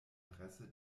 interesse